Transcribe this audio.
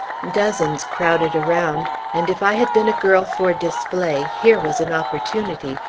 dozens crowded around, and if i had been a girl for display, here was an opportunity,